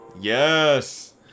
Yes